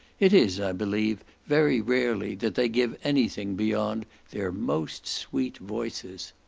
it is, i believe, very rarely that they give any thing beyond their most sweet voices.